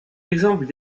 exemples